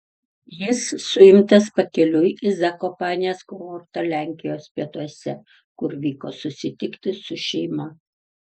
jis suimtas pakeliui į zakopanės kurortą lenkijos pietuose kur vyko susitikti su šeima